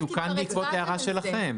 אני אומר: זה תוקן בעקבות הערה שלכם.